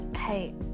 Hey